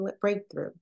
breakthrough